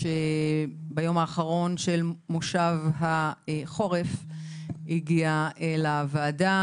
ביום האחרון של מושב החורף הגיע לוועדה